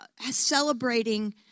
celebrating